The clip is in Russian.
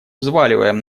взваливаем